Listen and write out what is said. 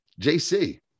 jc